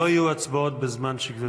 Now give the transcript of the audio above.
לא יהיו הצבעות בזמן שגברתי נמצאת פה.